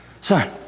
Son